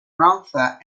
rhondda